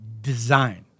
design